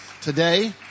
today